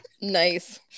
Nice